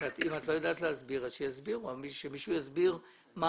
מניח שלפורום המכובד הזה אני לא צריך להסביר יותר מזה,